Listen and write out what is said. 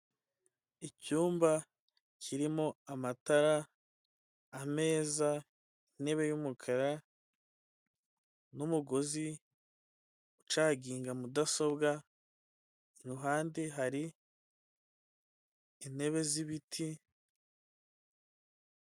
Icyumba kirimo amatara, ameza, intebe y'umukara n'umugozi ucaginga mudasobwa, iruhande hari intebe z'ibiti,